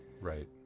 Right